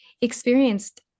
experienced